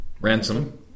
Ransom